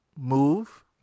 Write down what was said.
move